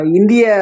India